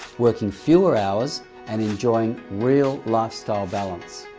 working fewer hours and enjoying real lifestyle balance.